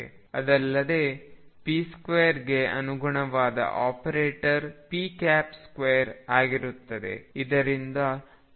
ಅದಲ್ಲದೆ p2ಗೆ ಅನುಗುಣವಾದ ಆಪರೇಟರ್ p2 ಆಗಿರುತ್ತದೆ